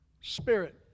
spirit